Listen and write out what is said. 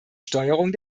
steuerung